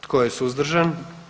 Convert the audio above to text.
Tko je suzdržan?